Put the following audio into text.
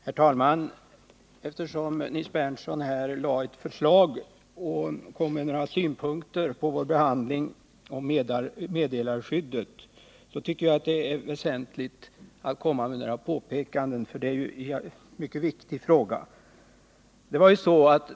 Herr talman! Eftersom Nils Berndtson här har lagt ett förslag och framfört synpunkter på vår behandling av meddelarskyddet tycker jag att det är väsentligt att göra några påpekanden, för det är en mycket viktig fråga.